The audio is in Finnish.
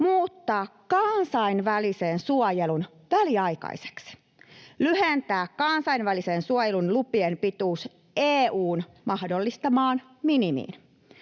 muuttaa kansainvälisen suojelun väliaikaiseksi, lyhentää kansainvälisen suojelun lupien pituuden EU:n mahdollistamaan minimiin,